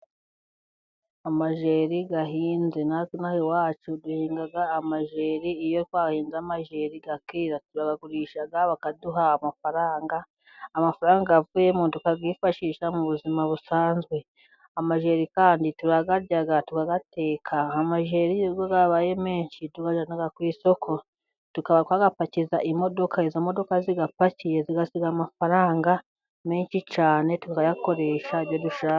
Amajeri ahinze, natwe ino aha iwacu duhinga amajeri iyo twahinze amajeri akera turayagurisha bakaduha amafaranga, amafaranga yavuyemo tukayifashisha mu buzima busanzwe, amajeri kandi turayarya turayateka amajeri iyo yabaye menshi tuyajyana ku isoko, tukaba twayapakiza imodoka izo modoka ziyapakiye, zigasiga amafaranga menshi cyane tukayakoresha ibyo dushaka.